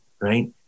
right